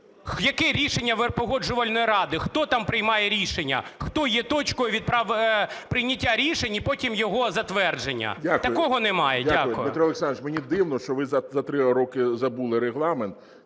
Яке рішення Погоджувальної ради, хто там приймає рішення, хто є точкою прийняття рішень і потім його затвердження? Такого немає. Дякую. ГОЛОВУЮЧИЙ. Дякую. Дмитро Олександрович, мені дивно, що ви за три роки забули Регламент.